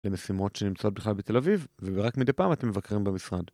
למשימות שנמצאות בכלל בתל אביב, ורק מדי פעם אתם מבקרים במשרד.